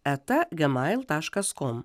gmail taškas kom